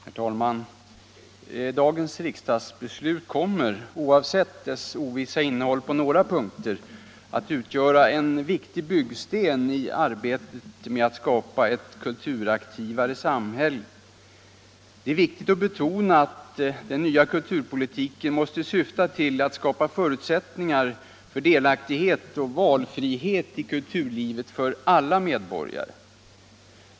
Herr talman! Dagens riksdagsbeslut kommer — oavsett dess ovissa innehåll på några punkter — att utgöra en viktig byggsten i arbetet med att skapa ett kulturaktivare samhälle. Det är viktigt att betona att den nya kulturpolitiken måste syfta till att skapa förutsättningar för delaktighet och valfrihet i kulturlivet för alla medborgare.